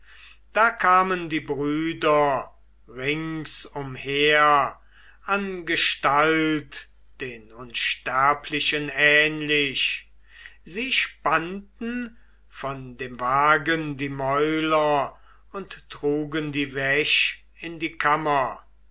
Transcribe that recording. da kamen die brüder ringsumher an gestalt den unsterblichen ähnlich sie spannten von dem wagen die mäuler und trugen die wäsch in die kammer